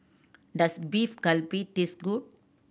does Beef Galbi taste good